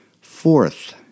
Fourth